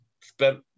spent